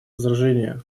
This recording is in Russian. возражения